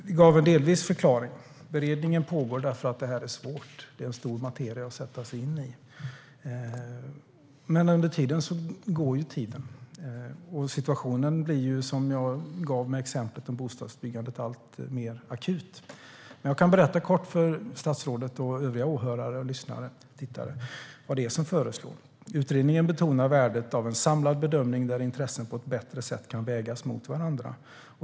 Herr talman! Detta gav väl delvis en förklaring. Beredningen pågår därför att det här är svårt. Det är en stor materia att sätta sig in i. Men tiden går, och situationen beträffande bostadsbyggandet blir alltmer akut, som jag tog upp i mitt förra inlägg. Jag kan berätta kort för statsrådet och övriga åhörare, lyssnare och tittare vad det är som föreslås. Utredningen betonar värdet av en samlad bedömning där intressen på ett bättre sätt kan vägas mot varandra.